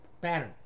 pattern